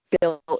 built